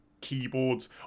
keyboards